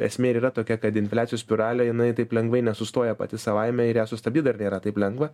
esmė ir yra tokia kad infliacijos spiralė jinai taip lengvai nesustoja pati savaime ir ją sustabdyt dar nėra taip lengva